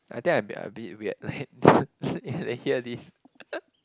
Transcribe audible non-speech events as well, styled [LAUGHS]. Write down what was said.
I think I a bit a bit weird like [LAUGHS] if they hear this [LAUGHS]